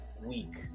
week